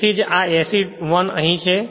તેથી જ આ SE1 અહીં છે